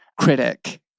critic